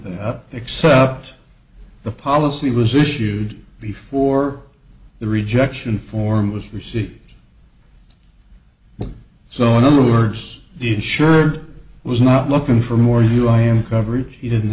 up except the policy was issued before the rejection form was received so in other words the insured was not looking for more you i am coverage you didn't